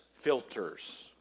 filters